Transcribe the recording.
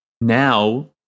now